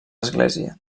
església